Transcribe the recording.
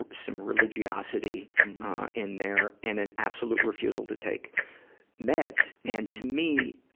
some religiosity in there. and an absolute refusal to take meds. and, to me,